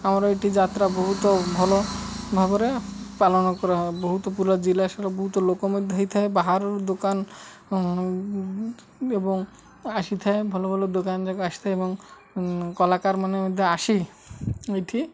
ଆମର ଏଇଠି ଯାତ୍ରା ବହୁତ ଭଲ ଭାବରେ ପାଳନ କରା ବହୁତ ପୁରା ଜିଲ୍ଲା ସାରା ବହୁତ ଲୋକ ମଧ୍ୟ ହେଇଥାଏ ବାହାରର ଦୋକାନ ଏବଂ ଆସିଥାଏ ଭଲ ଭଲ ଦୋକାନ ଯାକ ଆସିଥାଏ ଏବଂ କଳାକାରମାନେ ଆସି ଏଇଠି